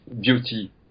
beauty